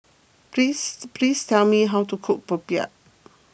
please please tell me how to cook Popiah